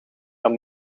dan